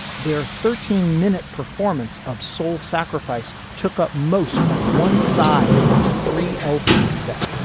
their thirteen minute performance of soul sacrifice took up most of one side of the three lp set.